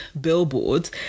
billboards